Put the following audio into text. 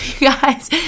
guys